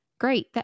Great